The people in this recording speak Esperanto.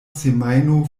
semajno